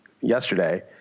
yesterday